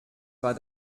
war